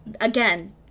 again